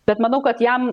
bet manau kad jam